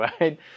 right